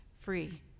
free